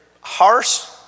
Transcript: harsh